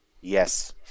Yes